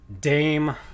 Dame